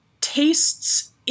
tastes